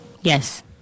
Yes